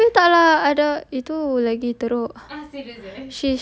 orh tapi tak lah ada itu lagi teruk